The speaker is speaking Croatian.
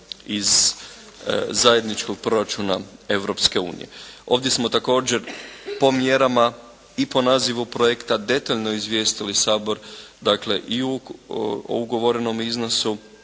iz zajedničkog proračuna Europske unije. Ovdje smo također po mjerama i po nazivu projekta detaljno izvijestili Sabor, dakle i o ugovorenom iznosu,